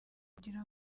kugira